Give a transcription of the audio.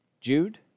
Jude